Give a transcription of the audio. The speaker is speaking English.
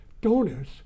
donors